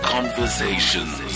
Conversations